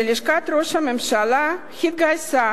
שלשכת ראש הממשלה התגייסה,